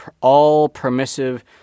all-permissive